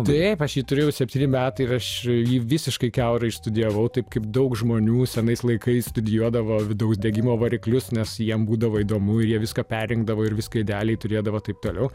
taip aš jį turėjau septyni metai ir aš jį visiškai kiaurai išstudijavau taip kaip daug žmonių senais laikais studijuodavo vidaus degimo variklius nes jiem būdavo įdomu ir jie viską perikdavo ir viską idealiai turėdavo taip toliau